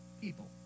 people